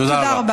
תודה רבה.